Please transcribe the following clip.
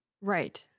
Right